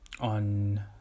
On